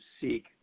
seek